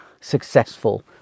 Successful